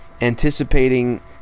anticipating